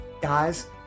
Guys